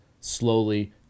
slowly